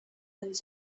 and